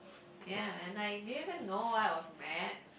ya and like didn't even know why was mad